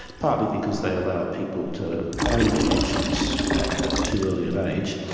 partly because they allow people to claim their pensions at too early an age.